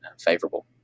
favorable